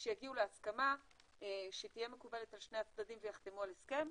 שיגיעו להסכמה שתהיה מקובלת על שני הצדדים ויחתמו על הסכם.